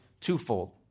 twofold